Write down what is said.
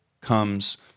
comes